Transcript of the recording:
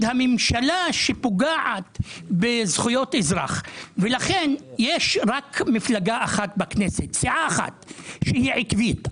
הממשלה שפוגעת בזכויות אזרח ולכן יש רק סיעה אחת בכנסת שהיא עקבית,